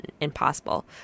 impossible